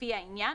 לפי העניין,